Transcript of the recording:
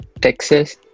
Texas